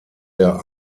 der